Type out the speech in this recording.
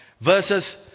Versus